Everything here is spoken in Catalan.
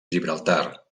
gibraltar